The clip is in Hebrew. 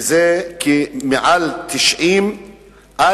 וזה מעל 90,000,